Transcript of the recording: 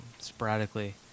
sporadically